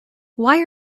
why